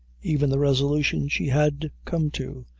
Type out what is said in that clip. even the resolution she had come to,